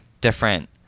different